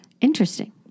Interesting